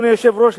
אדוני היושב-ראש,